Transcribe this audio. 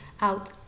out